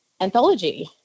anthology